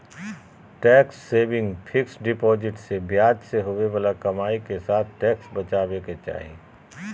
tax saving fixed deposit से ब्याज से होवे बाला कमाई के साथ टैक्स बचाबे के चाही